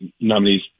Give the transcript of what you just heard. nominees